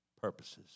purposes